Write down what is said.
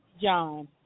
John